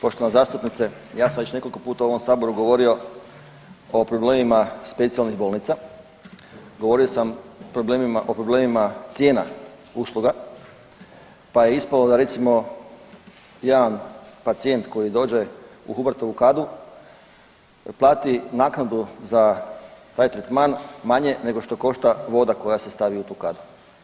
Poštovana zastupnice, ja sam već nekoliko puta u ovom saboru govorio o problemima specijalnih bolnica, govorio sam o problemima, o problemima cijena usluga, pa je ispalo da recimo jedan pacijent koji dođe u Hubertovu kadu plati naknadu za taj tretman manje nego što košta voda koja se stavi u tu kadu.